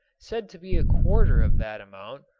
said to be a quarter of that amount,